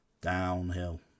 downhill